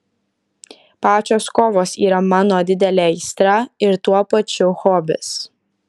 pačios kovos yra mano didelė aistra ir tuo pačiu hobis